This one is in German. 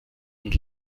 und